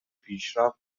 پیشرفت